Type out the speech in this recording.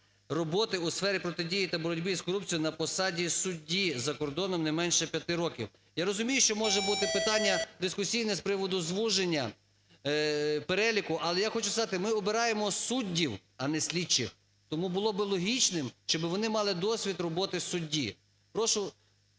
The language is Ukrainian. роботи у сфері протидії та боротьби з корупцією на посаді судді за кордоном не менше 5 років". Я розумію, що може бути питання дискусійне з приводу звуження переліку. Але я хочу сказати, ми обираємо суддів, а не слідчих. Тому було би логічним, щоб вони мали досвід роботи судді. Прошу